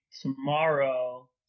tomorrow